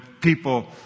people